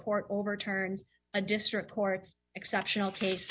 court overturns a district court's exceptional case